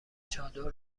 چادر